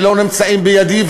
שלא נמצאים בידי,